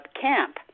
camp